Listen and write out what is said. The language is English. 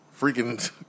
freaking